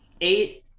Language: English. eight